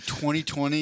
2020